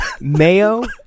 mayo